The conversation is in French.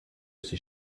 ses